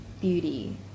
beauty